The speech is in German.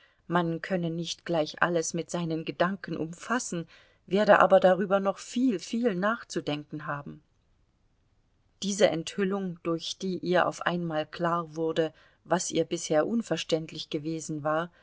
man könne nicht gleich alles mit seinen ge danken umfassen werde aber darüber noch viel viel nachzudenken haben diese enthüllung durch die ihr auf einmal klar wurde was ihr bisher unverständlich gewesen war